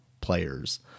players